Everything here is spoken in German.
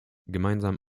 gemeinsam